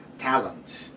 talent